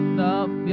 love